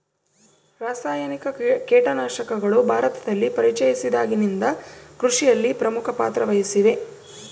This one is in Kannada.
ರಾಸಾಯನಿಕ ಕೇಟನಾಶಕಗಳು ಭಾರತದಲ್ಲಿ ಪರಿಚಯಿಸಿದಾಗಿನಿಂದ ಕೃಷಿಯಲ್ಲಿ ಪ್ರಮುಖ ಪಾತ್ರ ವಹಿಸಿವೆ